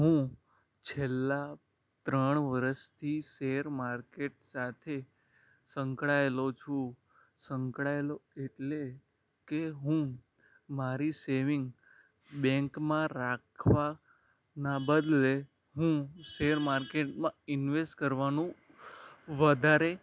હું છેલ્લા ત્રણ વર્ષથી શેર માર્કેટ સાથે સંકળાયેલો છું સંકળાયેલો એટલે કે હું મારી સેવિંગ બેંકમાં રાખવાના બદલે હું શેર માર્કેટમાં ઇન્વેસ્ટ કરવાનું વધારે